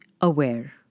aware